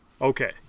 okay